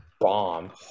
bomb